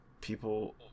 people